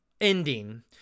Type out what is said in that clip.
ending